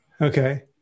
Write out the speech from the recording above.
Okay